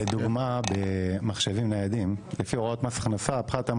לפי הוראות של מס ההכנסה הפחת על מחשבים